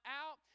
out